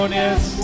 yes